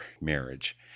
marriage